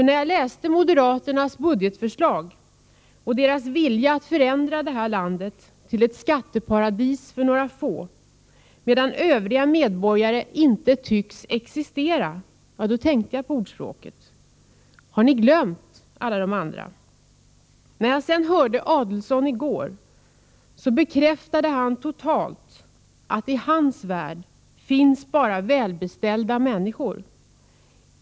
När jag läste moderaternas budgetförslag och såg deras vilja att förändra det här landet till ett skatteparadis för några få, medan övriga medborgare inte tycks existera, tänkte jag på detta ordspråk. Har ni glömt alla de andra? När jag sedan i går hörde Adelsohn, bekräftade han totalt att det i hans värld bara finns välbeställda människor.